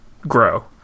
grow